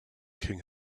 king